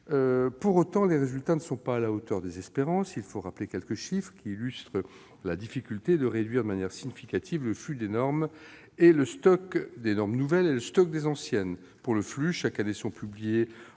Pour autant, les résultats ne sont pas à la hauteur des espérances. Il faut rappeler quelques chiffres qui illustrent la difficulté de réduire significativement le flux des nouvelles normes et le stock des anciennes. Pour le flux, chaque année, sont publiés